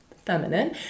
Feminine